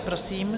Prosím.